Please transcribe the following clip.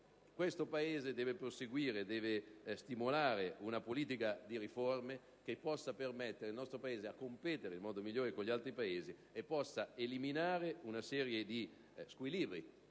questo Paese deve proseguire, stimolare una politica di riforme che possa permetterci di competere nel modo migliore con gli altri Paesi, eliminando una serie di squilibri